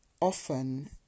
often